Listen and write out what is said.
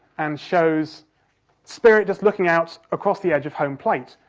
and shows spirit just looking out across the edge of home plate.